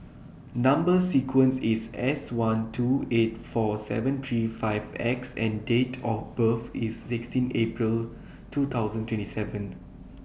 Number sequence IS S one two eight four seven three five X and Date of birth IS sixteen April two thousand twenty seven